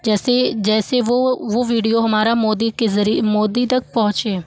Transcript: जैसे जैसे वो वो वीडियो हमारा मोदी के ज़री मोदी तक पहुँचे